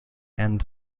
and